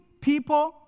people